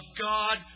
God